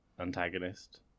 antagonist